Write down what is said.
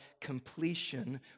completion